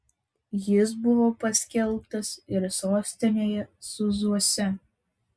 jis buvo paskelbtas ir sostinėje sūzuose